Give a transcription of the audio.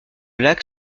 lac